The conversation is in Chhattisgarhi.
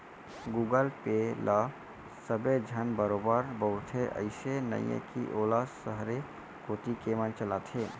गुगल पे ल सबे झन बरोबर बउरथे, अइसे नइये कि वोला सहरे कोती के मन चलाथें